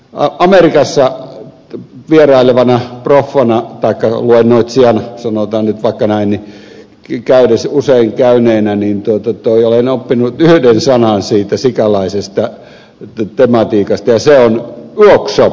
on eri asia on että amerikassa vierailevana proffana taikka luennoitsijana sanotaan nyt vaikka näin usein käyneenä olen oppinut yhden sanan siitä sikäläisestä tematiikasta ja se on workshop työpajajuttu